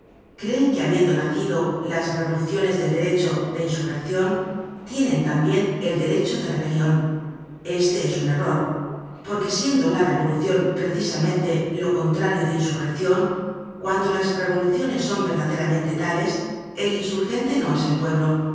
creen que habiendo nacido las revoluciones del derecho de insurrecion tienen tambien el derecho de rebelion este es un error porque siendo la revolucion precisamente lo contrario de insurreccion cuando las revoluciones son verdaderamente tales el insurgente no es el pueblo